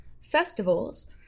festivals